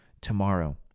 tomorrow